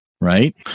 Right